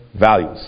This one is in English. values